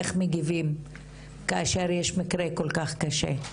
איך מגיבים כאשר יש מקרה כל כך קשה.